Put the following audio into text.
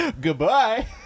Goodbye